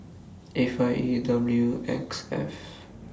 A five E W X F